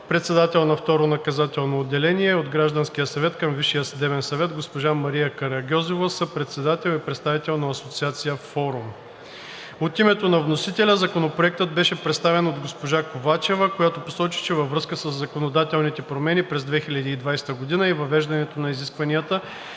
председател на Второ наказателно отделение, и от гражданския съвет към Висшия съдебен съвет – госпожа Мария Карагьозова – съпредседател и представител на Асоциация „Форум“. От името на вносителя Законопроектът беше представен от госпожа Ковачева, която посочи, че във връзка със законодателните промени през 2020 г. и въвеждането на изискванията